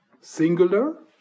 singular